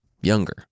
younger